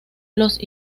los